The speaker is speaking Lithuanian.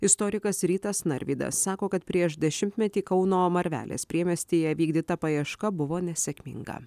istorikas rytas narvydas sako kad prieš dešimtmetį kauno marvelės priemiestyje vykdyta paieška buvo nesėkminga